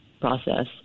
process